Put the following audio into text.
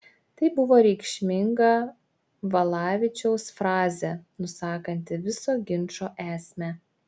tai buvo reikšminga valavičiaus frazė nusakanti viso ginčo esmę